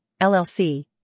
LLC